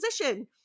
position